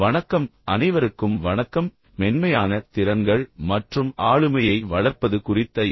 வணக்கம் அனைவருக்கும் வணக்கம் மென்மையான திறன்கள் மற்றும் ஆளுமையை வளர்ப்பது குறித்த என்